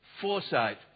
foresight